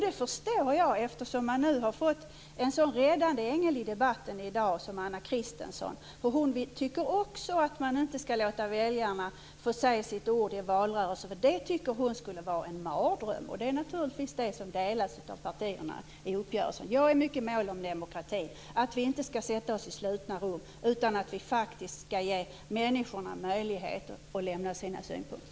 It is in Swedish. Det förstår jag, eftersom man nu har fått en sådan räddande ängel i debatten i dag som Anna Christensen. Också hon tycker att man inte skall låta väljarna få säga sitt ord i valrörelsen. Hon tycker att det skulle vara en mardröm, och det är naturligtvis en uppfattning som delas av partierna i uppgörelsen. Jag är mycket mån om demokratin och vill att vi inte skall sätta oss i slutna rum utan faktiskt ge människorna möjligheter att avge sina synpunkter.